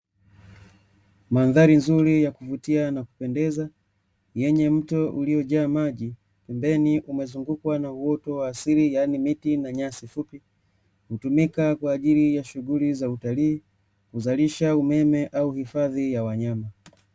Mandhari nzuri ya kuvutia na kupendeza, yenye mto uliojaa maji, pembeni umezungukwa na uoto wa asili yaani miti na nyasi fupi, hutumika kwa ajili ya shughuli za utalii, kuzalisha umeme au hifadhi ya wanyama.